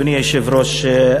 אדוני היושב-ראש,